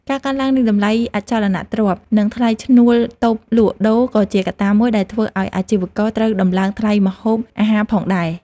ការកើនឡើងនៃតម្លៃអចលនទ្រព្យនិងថ្លៃឈ្នួលតូបលក់ដូរក៏ជាកត្តាមួយដែលធ្វើឱ្យអាជីវករត្រូវដំឡើងថ្លៃម្ហូបអាហារផងដែរ។